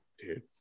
dude